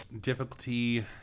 Difficulty